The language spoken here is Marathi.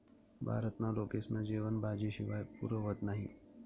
भारतना लोकेस्ना जेवन भाजी शिवाय पुरं व्हतं नही